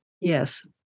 Yes